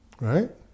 right